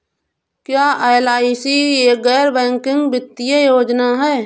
क्या एल.आई.सी एक गैर बैंकिंग वित्तीय योजना है?